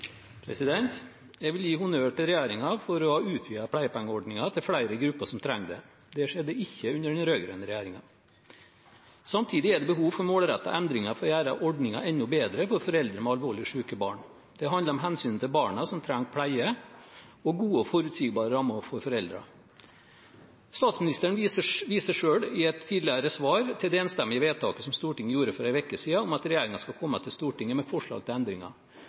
Jeg vil gi honnør til regjeringen for å ha utvidet pleiepengeordningen til flere grupper som trenger det. Det skjedde ikke under den rød-grønne regjeringen. Samtidig er det behov for målrettete endringer for å gjøre ordningen enda bedre for foreldre med alvorlig syke barn. Det handler om hensynet til barna som trenger pleie, og gode og forutsigbare rammer for foreldrene. Statsministeren viste selv i et tidligere svar til det enstemmige vedtaket som Stortinget gjorde for en uke siden, om at regjeringen skal komme til Stortinget med forslag til endringer.